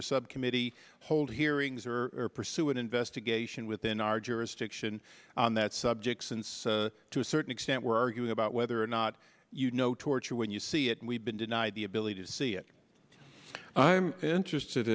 or subcommittee hold hearings or pursue an investigation within our jurisdiction on that subject since to a certain extent we're arguing about whether or not you know torture when you see it we've been denied the ability to see it i'm interested